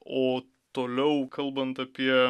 o toliau kalbant apie